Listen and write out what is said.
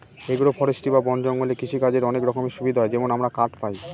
agro forestry বা বন জঙ্গলে কৃষিকাজের অনেক রকমের সুবিধা হয় যেমন আমরা কাঠ পায়